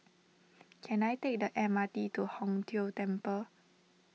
can I take the M R T to Hong Tho Temple